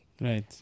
Right